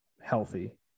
healthy